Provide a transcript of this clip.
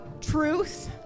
truth